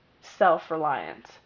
self-reliant